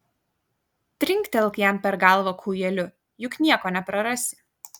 trinktelk jam per galvą kūjeliu juk nieko neprarasi